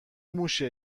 موشه